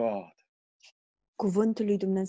God